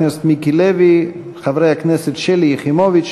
חברי הכנסת שלי יחימוביץ,